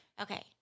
Okay